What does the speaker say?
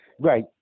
Right